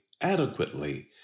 adequately